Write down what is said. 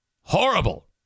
Horrible